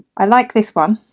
i like this one.